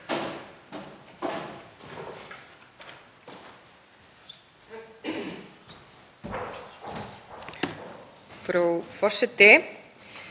Frú forseti.